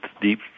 deep